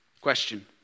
Question